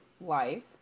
life